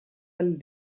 ahal